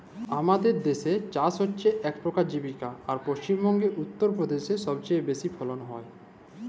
আমাদের দ্যাসে চাষ হছে ইক পধাল জীবিকা আর পশ্চিম বঙ্গে, উত্তর পদেশে ছবচাঁয়ে বেশি ফলল হ্যয়